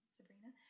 Sabrina